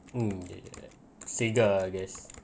mm sigar yes